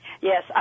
Yes